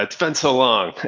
it depends how long.